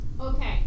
Okay